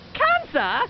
cancer